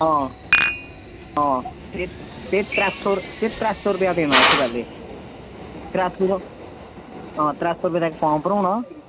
आं आं ते त्रैऽ रपेआ देना उत्थें पैह्लें त्रै सौ आं त्रै रपे दा इक्क फार्म भरोना